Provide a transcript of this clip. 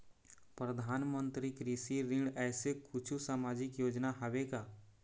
परधानमंतरी कृषि ऋण ऐसे कुछू सामाजिक योजना हावे का?